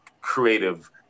creative